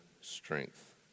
strength